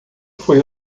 foi